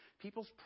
people's